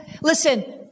Listen